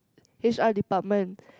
H_R department